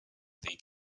they